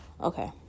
Okay